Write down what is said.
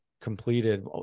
completed